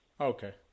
Okay